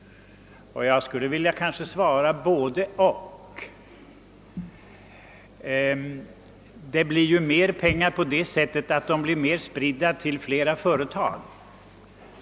Jag skulle vilja svara både-och. Det blir ju mera pengar på det sättet att de blir spridda till flera företag.